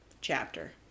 chapter